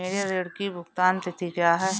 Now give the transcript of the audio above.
मेरे ऋण की भुगतान तिथि क्या है?